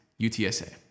UTSA